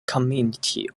community